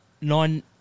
nine